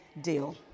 deal